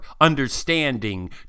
understanding